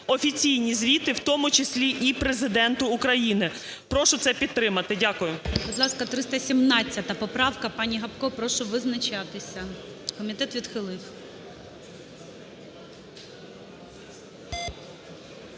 офіційні звіти, в тому числі і Президенту України. Прошу це підтримати. Дякую. ГОЛОВУЮЧИЙ. Будь ласка, 317 поправка, пані Гопко. Прошу визначатися. Комітет відхилив.